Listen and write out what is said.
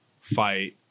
fight